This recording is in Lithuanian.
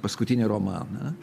paskutinį romaną